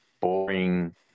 boring